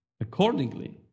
accordingly